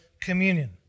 communion